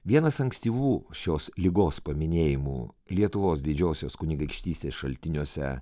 vienas ankstyvų šios ligos paminėjimų lietuvos didžiosios kunigaikštystės šaltiniuose